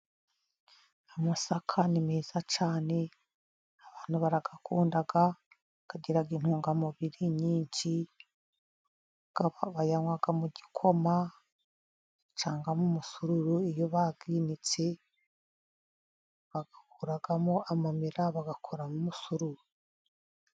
Amasaka ni meza cyane abantu barayakunda, agira intungamubiri nyinshi. Bayanywa mu gikoma cyangwa mu musururu, iyo bayinitse bayakoramo amamera bagakora n' umusururu.